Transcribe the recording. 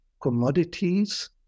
commodities